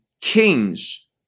kings